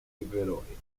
viroj